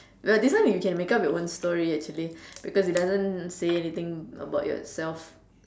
no this one you can make up your own story actually because it doesn't say anything about yourself